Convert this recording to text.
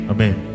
Amen